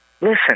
Listen